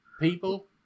people